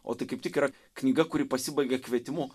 o tai kaip tik yra knyga kuri pasibaigia kvietimu